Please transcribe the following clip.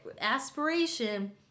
aspiration